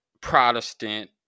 Protestant